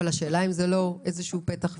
אבל השאלה אם זה לא איזשהו פתח.